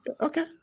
okay